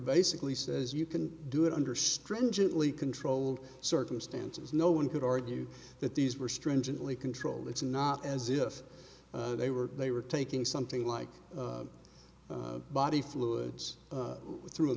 basically says you can do it under stringently controlled circumstances no one could argue that these were stringently controlled it's not as if they were they were taking something like body fluids through a